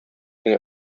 генә